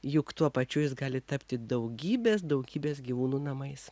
juk tuo pačiu jis gali tapti daugybės daugybės gyvūnų namais